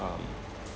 um